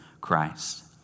Christ